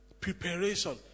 Preparation